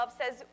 says